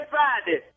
Friday